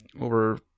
over